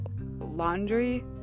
laundry